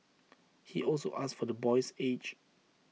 he also asked for the boy's age